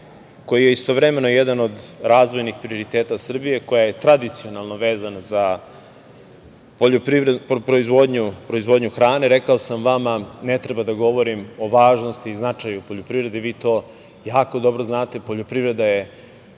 koji je istovremeno jedan od razvojnih prioriteta Srbije, koja je tradicionalno vezana za proizvodnju hrane. Rekao sam vama ne treba da govorim o važnosti i značaju poljoprivrede, jer vi to jako dobro znate. Poljoprivreda je